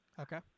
Okay